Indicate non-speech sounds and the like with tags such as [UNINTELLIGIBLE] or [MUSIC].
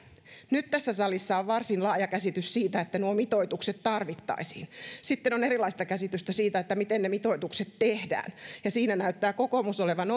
nyt tässä salissa on varsin laaja käsitys siitä että nuo mitoitukset tarvittaisiin sitten on erilaista käsitystä siitä miten ne mitoitukset tehdään kun siinä näyttää kokoomus olevan [UNINTELLIGIBLE]